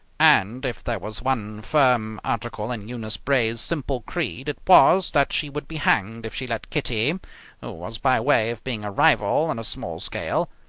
and if there was one firm article in eunice bray's simple creed it was that she would be hanged if she let kitty, who was by way of being a rival on a small scale,